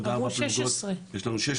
אמרו 16. יש לנו עוד ארבע פלוגות,